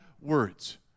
words